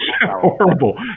horrible